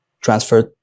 transferred